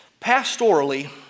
Pastorally